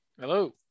hello